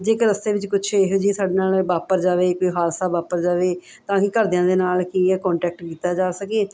ਜੇਕਰ ਰਸਤੇ ਵਿੱਚ ਕੁਛ ਇਹੋ ਜਿਹੀ ਸਾਡੇ ਨਾਲ਼ ਵਾਪਰ ਜਾਵੇ ਕੋਈ ਹਾਦਸਾ ਵਾਪਰ ਜਾਵੇ ਤਾਂ ਹੀ ਘਰਦਿਆਂ ਦੇ ਨਾਲ਼ ਕੀ ਹੈ ਕੋਂਟੈਕਟ ਕੀਤਾ ਜਾ ਸਕੇ